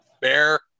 Bear